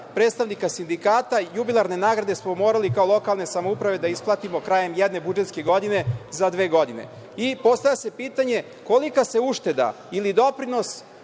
predstavnika sindikata jubilarne nagrade smo morali kao lokalne samouprave da isplatimo krajem jedne budžetske godine za dve godine. Postavlja se pitanje – kolika se ušteda i doprinos